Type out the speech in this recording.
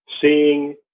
seeing